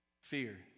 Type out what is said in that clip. fear